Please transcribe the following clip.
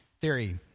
theory